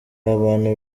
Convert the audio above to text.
abantu